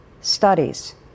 studies